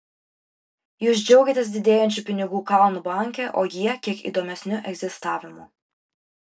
jūs džiaugiatės didėjančiu pinigų kalnu banke o jie kiek įdomesniu egzistavimu